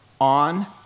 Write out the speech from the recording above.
on